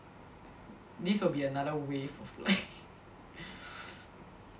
this will be another wave of like